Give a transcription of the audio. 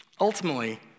Ultimately